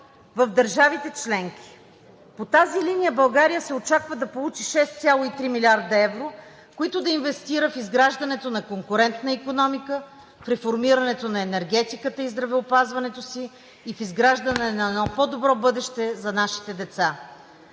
в държавите членки. По тази линия България се очаква да получи 6,3 млрд. евро, които да инвестира в изграждането на конкурентна икономика, в реформирането на енергетиката и здравеопазването си и в изграждане на едно по-добро бъдеще за нашите деца.